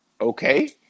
Okay